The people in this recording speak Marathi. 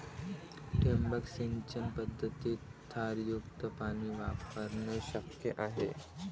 ठिबक सिंचन पद्धतीत क्षारयुक्त पाणी वापरणे शक्य आहे